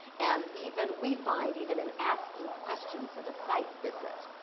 and, even we find, even in asking questions at a site visit,